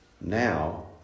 now